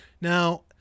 Now